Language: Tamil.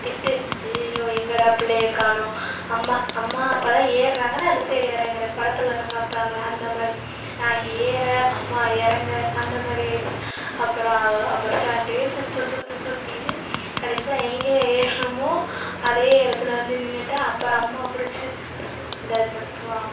திட்டு ஐயையோ எங்கேடா பிள்ளையை காணோம் அம்மா அம்மா அப்போ தான் ஏறுகிறாங்க நான் இந்த சைடு இறங்கறேன் படத்துலலாம் காண்மிப்பாங்கல்ல அந்த மாதிரி நான் இங்கே ஏற அம்மா இறங்க அந்த மாதிரி ஆகிடுச்சி அப்பறம் பஸ் ஸ்டாண்டை சுற்றி சுற்றி சுற்றிக்கினு கடைசியில் எங்கே ஏறுனோமோ அதே இடத்துல வந்து நின்றுட்டு அப்புறம் அம்மா பிடிச்சி இந்த இந்த போ